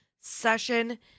Session